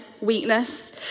weakness